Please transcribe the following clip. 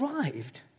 arrived